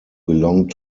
belong